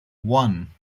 one